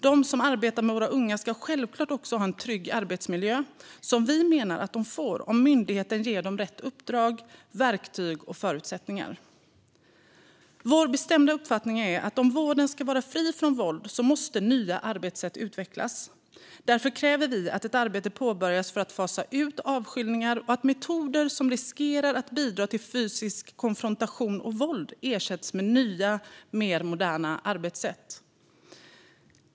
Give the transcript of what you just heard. De som arbetar med våra unga ska självklart också ha en trygg arbetsmiljö, som vi menar att de får om myndigheten ger dem rätt uppdrag, verktyg och förutsättningar. Vår bestämda uppfattning är att om vården ska vara fri från våld måste nya arbetssätt utvecklas. Därför kräver vi att ett arbete påbörjas för att fasa ut avskiljningar och att metoder som riskerar att bidra till fysisk konfrontation och till våld ersätts med nya och mer moderna arbetssätt.